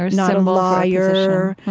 not um a lawyer,